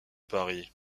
paris